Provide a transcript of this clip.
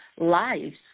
lives